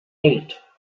eight